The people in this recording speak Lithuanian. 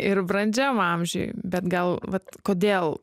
ir brandžiam amžiuj bet gal vat kodėl